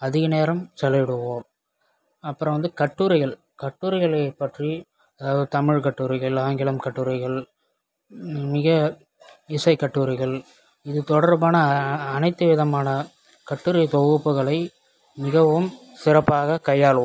அதிக நேரம் செலவிடுவோம் அப்புறம் வந்து கட்டுரைகள் கட்டுரைகளைப் பற்றி அதாவது தமிழ் கட்டுரைகள் ஆங்கிலம் கட்டுரைகள் மிக இசைக் கட்டுரைகள் இது தொடர்பான அ அனைத்து விதமான கட்டுரை தொகுப்புகளை மிகவும் சிறப்பாக கையாளுவோம்